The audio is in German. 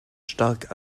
stark